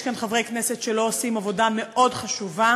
אני לא חושבת שיש כאן חברי כנסת שלא עושים עבודה מאוד חשובה.